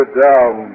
down